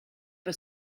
pas